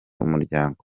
umuryango